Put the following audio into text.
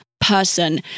person